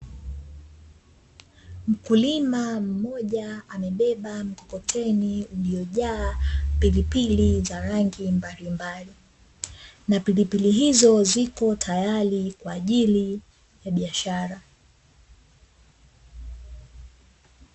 Mkulima mmoja amebeba mkokoteni uliojaa pilipili za rangi mbalimbali, na pilipili hizo zipo tayari kwa ajili ya biashara.